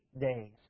days